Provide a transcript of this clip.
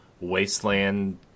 wasteland